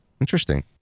Interesting